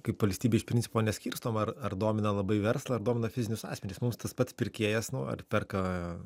kaip valstybė iš principo neskirstom ar ar domina labai verslą ar domina fizinius asmenis mums tas pats pirkėjas nu ar perka